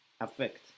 affect